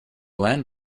land